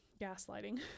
gaslighting